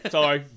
Sorry